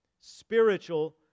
Spiritual